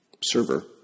server